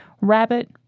rabbit